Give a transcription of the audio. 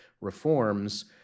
reforms